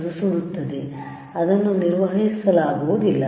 ಅದು ಸುಡುತ್ತದೆ ಅದನ್ನು ನಿರ್ವಹಿಸಲಾಗುವುದಿಲ್ಲ